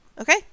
Okay